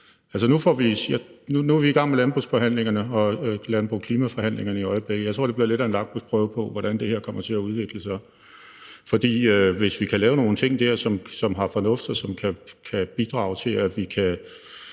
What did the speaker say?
Nu er vi i gang med landbrugsforhandlingerne, landbrugsklimaforhandlingerne, i øjeblikket, og jeg tror, det bliver lidt af en lakmusprøve på, hvordan det her kommer til at udvikle sig. For hvis vi kan lave nogle ting dér, som er fornuftige, og som kan bidrage til, at vi kan